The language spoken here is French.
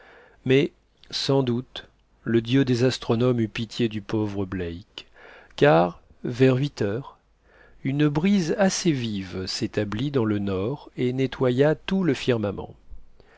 mais sans doute le dieu des astronomes eut pitié du pauvre black car vers huit heures une brise assez vive s'établit dans le nord et nettoya tout le firmament